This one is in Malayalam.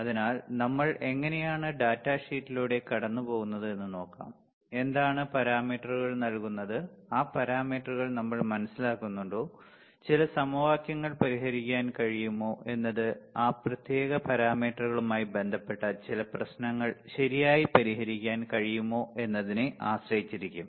അതിനാൽ നമ്മൾ എങ്ങനെയാണ് ഡാറ്റാ ഷീറ്റിലൂടെ കടന്നുപോകുന്നത് എന്ന് നോക്കാം എന്താണ് പാരാമീറ്ററുകൾ നൽകുന്നത് ആ പാരാമീറ്റർ നമ്മൾ മനസിലാക്കുന്നുണ്ടോ ചില സമവാക്യങ്ങൾ പരിഹരിക്കാൻ കഴിയുമോ എന്നത് ആ പ്രത്യേക പാരാമീറ്ററുകളുമായി ബന്ധപ്പെട്ട ചില പ്രശ്നങ്ങൾ ശരിയായി പരിഹരിക്കാൻ കഴിയുമോ എന്നതിനെ ആശ്രയിച്ചിരിക്കും